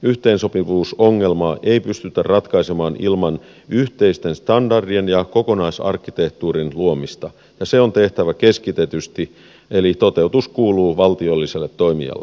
yhteensopivuusongelmaa ei pystytä ratkaisemaan ilman yhteisten standardien ja kokonaisarkkitehtuurin luomista ja se on tehtävä keskitetysti eli toteutus kuuluu valtiolliselle toimijalle